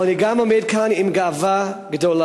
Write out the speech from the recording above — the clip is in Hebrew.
אבל אני גם עומד כאן עם גאווה גדולה.